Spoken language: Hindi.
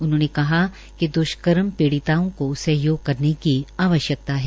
उन्होंने कहा कि द्वष्कर्म पीडिताओं को सहयोग करने की आवश्क्ता है